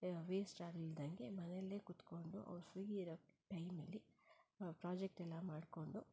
waste ಆಗಲಿಲ್ದಂಗೆ ಮನೆಯಲ್ಲೇ ಕೂತ್ಕೊಂಡು ಅವ್ರು ಫ್ರೀ ಇರೋ ಟೈಮಲ್ಲಿ ಪ್ರಾಜೆಕ್ಟ್ ಎಲ್ಲ ಮಾಡಿಕೊಂಡು